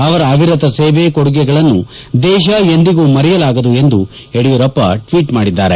ಅವರ ಅವಿರತ ಸೇವೆ ಕೊಡುಗೆಗಳನ್ನು ದೇಶ ಎಂದಿಗೂ ಮರೆಯಲಾಗದು ಎಂದು ಯಡಿಯೂರಪ್ಪ ಟ್ವೀಟ್ ಮಾಡಿದ್ದಾರೆ